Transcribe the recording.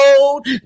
old